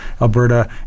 Alberta